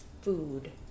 food